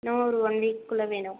இன்னும் ஒரு ஒன் வீக்குள்ளே வேணும்